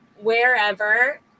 wherever